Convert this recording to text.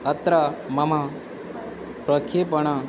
अत्र मम प्रक्षेपणं